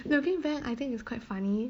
looking back I think it's quite funny